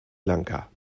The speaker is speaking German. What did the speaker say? lanka